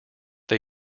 they